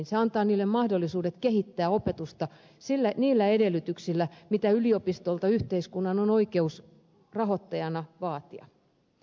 se antaa niille mahdollisuudet kehittää opetusta niillä edellytyksillä mitä yliopistolta yhteiskunnan on oikeus rahoittajana vaatia